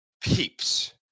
peeps